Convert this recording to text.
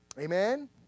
Amen